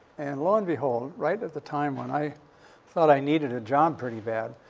and lo and behold, right at the time when i thought i needed a job pretty bad,